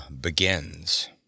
Begins